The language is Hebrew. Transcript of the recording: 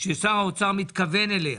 ששר האוצר מתכוון אליה.